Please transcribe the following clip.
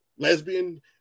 Lesbian